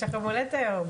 יש לך יום הולדת היום.